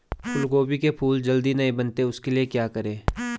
फूलगोभी के फूल जल्दी नहीं बनते उसके लिए क्या करें?